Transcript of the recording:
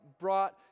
brought